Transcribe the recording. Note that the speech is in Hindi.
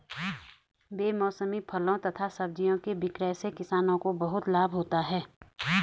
बेमौसमी फलों तथा सब्जियों के विक्रय से किसानों को बहुत लाभ होता है